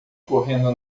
correndo